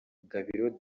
gabiro